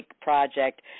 project